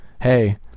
hey